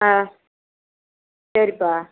ஆ சரிப்பா